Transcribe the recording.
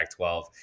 12